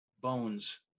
bones